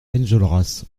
enjolras